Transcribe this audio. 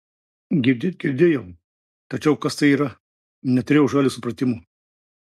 girdėt girdėjau tačiau kas tai yra neturėjau žalio supratimo